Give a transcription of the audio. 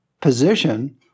position